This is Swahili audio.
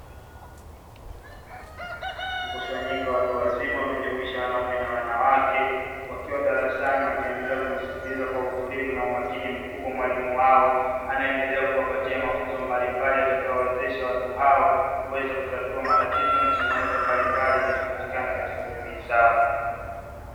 Mkusanyiko wa watu wazima unaojumuisha wanaume na wanawake wakiwa darasani, wakiendelea kumsikiliza kwa utulivu na umakini mkubwa. Mwalimu wao anaendelea kuwapatia mafunzo mbalimbali yatakayowawezesha watu hao kuweza kutatua matatizo na changamoto mbalimbali zinazopatikana katika jamii zao.